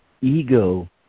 ego